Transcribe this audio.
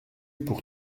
pour